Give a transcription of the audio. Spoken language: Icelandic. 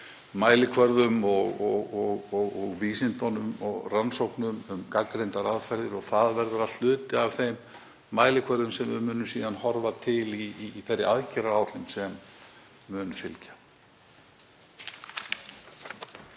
mælikvörðum og vísindunum og rannsóknum um gagnreyndar aðferðir. Það verður allt hluti af þeim mælikvörðum sem við munum síðan horfa til í þeirri aðgerðaáætlun sem mun fylgja.